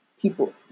people